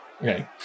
Okay